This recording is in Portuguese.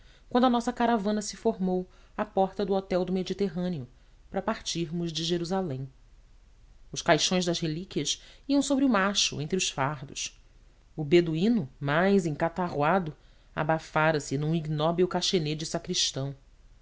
quando a nossa caravana se formou à porta do hotel do mediterrâneo para partirmos de jerusalém os caixões das relíquias iam sobre o macho entre os fardos o beduíno mais encatarroado abafara se num